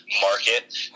market